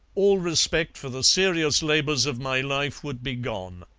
all respect for the serious labours of my life would be gone.